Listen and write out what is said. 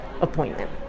appointment